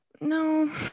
No